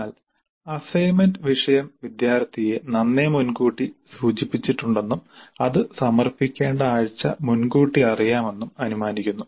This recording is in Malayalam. എന്നാൽ അസൈൻമെന്റ് വിഷയം വിദ്യാർത്ഥിയെ നന്നേ മുൻകൂട്ടി സൂചിപ്പിച്ചിട്ടുണ്ടെന്നും അത് സമർപ്പിക്കേണ്ട ആഴ്ച മുൻകൂട്ടി അറിയാമെന്നും അനുമാനിക്കുന്നു